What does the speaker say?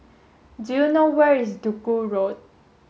do you know where is Duku Road